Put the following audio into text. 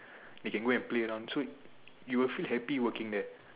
they can go and play around so you will feel happy working there